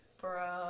Bro